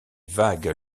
vagues